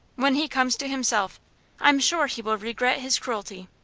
when he comes to himself i am sure he will regret his cruelty.